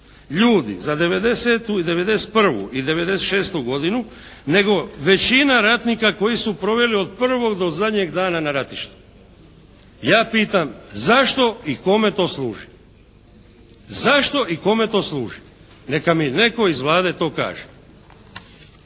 ljudi za '90. i '91. i '96. godinu nego većina ratnika koji su proveli od prvog do zadnjeg dana na ratištu. Ja pitam, zašto i kome to služi? Zašto i kome to služi? Neka mi netko iz Vlade to kaže.